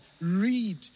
read